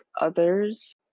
others